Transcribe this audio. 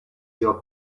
your